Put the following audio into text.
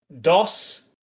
Doss